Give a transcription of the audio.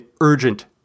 urgent